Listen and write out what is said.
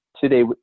today